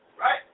right